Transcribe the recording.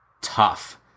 tough